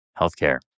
Healthcare